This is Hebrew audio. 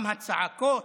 / גם הצעקות